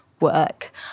work